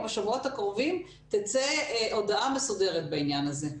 בשבועות הקרובים תצא הודעה מסודרת בעניין הזה.